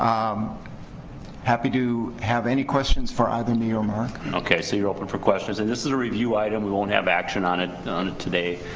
um happy to have any questions for either me or marc. okay, so you're open for questions. and this is a review item. we won't have action on it today.